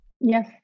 Yes